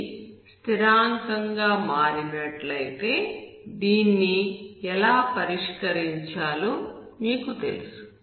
ఇది స్థిరాంకం గా మారి నట్లయితే దీన్ని ఎలా పరిష్కరించాలో మీకు తెలుసు